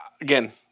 again